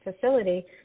facility